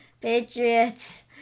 Patriots